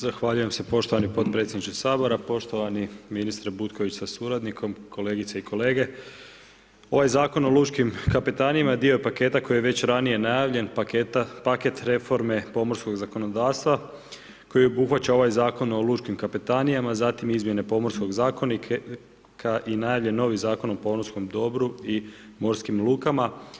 Zahvaljujem se poštovani podpredsjedniče sabora, poštovani ministre Butković sa suradnikom, kolegice i kolege, ovaj Zakon o lučkim kapetanijama dio je paketa koji je već ranije najavljen, paketa, paket reforme pomorskog zakonodavstva koji obuhvaća ovaj Zakon o lučkim kapetanijama, zatim izmjene Pomorskog zakonika i najavljen novi Zakon o pomorskom dobru i morskim lukama.